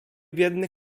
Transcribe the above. biedny